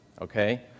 okay